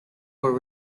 were